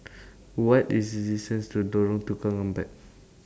What IS The distance to Lorong Tukang Empat